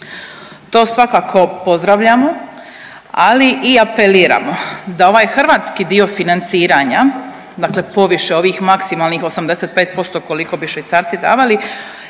To svakako pozdravljamo, ali i apeliramo da ovaj hrvatski dio financiranja dakle poviše ovih maksimalnih 85% koliko bi Švicarci davali